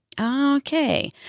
Okay